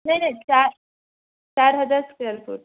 नाही नाही चार चार हजार स्क्वेअर फूट